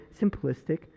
simplistic